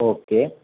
okay